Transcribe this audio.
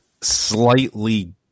slightly